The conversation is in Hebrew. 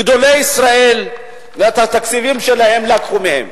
גדולי ישראל, ואת התקציבים שלהם לקחו מהם.